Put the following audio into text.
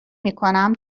میکنم